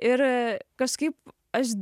ir kažkaip aš